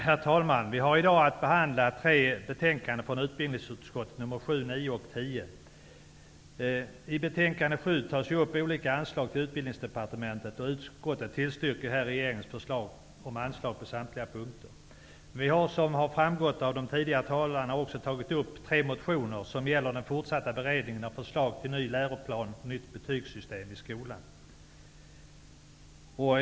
Herr talman! Vi har i dag att behandla tre betänkanden från utbildningsutskottet: nr 7, 9 och Utbildningsdepartementet upp, och utskottet tillstyrker regeringens förslag om anslag på samtliga punkter. Vi har, som har framgått av vad de tidigare talarna sagt, också tagit upp tre motioner som gäller den fortsatta beredningen av förslag till ny läroplan och nytt betygssystem i skolan.